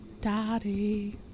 Daddy